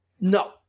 no